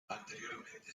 anteriormente